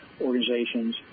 organizations